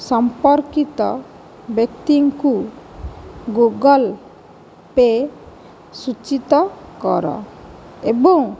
ସମ୍ପର୍କିତ ବ୍ୟକ୍ତିଙ୍କୁ Google Pay ସୂଚିତ କର ଏବଂ